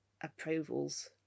approvals